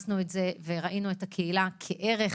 ראינו את הקהילה כערך.